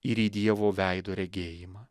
ir į dievo veido regėjimą